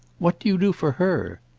what do you do for her?